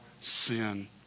sin